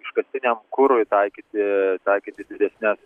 iškastiniam kurui taikyti taikyti didesnes